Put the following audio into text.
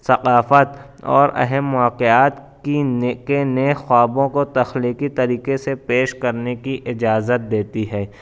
ثقافت اور اہم واقعات کی نے کے نیک خوابوں کو تخلیقی طریقے سے پیش کرنے کی اجازت دیتی ہے